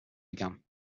began